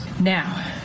Now